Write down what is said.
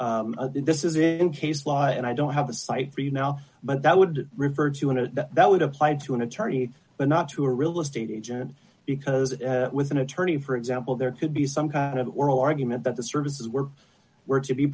law and i don't have a cite for you now but that would refer to and that would apply to an attorney but not to a real estate agent because with an attorney for example there could be some kind of oral argument that the services were were to be